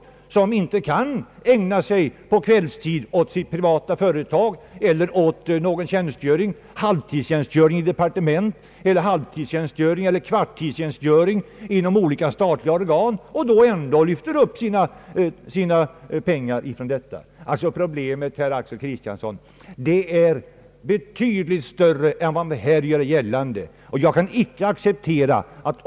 Dessa senare kan inte på kvällstid ägna sig åt sitt privata företag eller åt någon tjänstgöring, exempelvis halvtidstjänstgöring i ett departement eiler annan deltidstjänstgöring inom olika statliga organ. Problemet, herr Axel Kristiansson, är betydligt större än vad man här gör gällande.